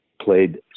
played